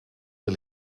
wil